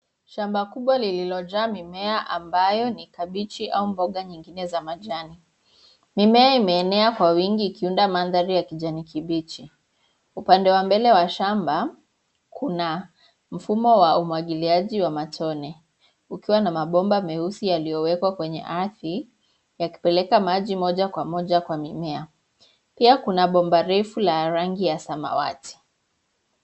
Shamba kubwa lililojaa mimea ambayo ni kabichi au mboga nyingine za majani. Mimea imeenea kwa wingi ikiunda mandhari ya kijani kibichi. Upanda wa mbele wa shamba, kuna mfumo wa umwagiliaji wa matone. Ukiwa na mabomba meusi yaliowekwa kwenye ardhi yakipeleka maji moja kwa moja kwa mimea. Pia kuna bomba refu la rangi ya samawati.